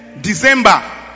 December